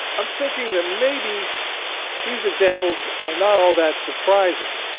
i'm thinking that maybe these examples are not all that surprising